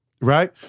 Right